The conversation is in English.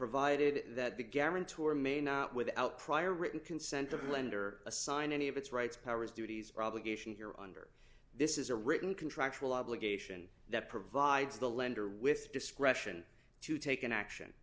provided that the guarantor may not without prior written consent of the lender assign any of its rights powers duties probably given here under this is a written contractual obligation that provides the lender with discretion to take an action